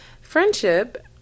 friendship